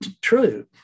true